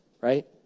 right